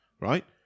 right